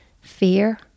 fear